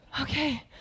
okay